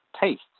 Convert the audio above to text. taste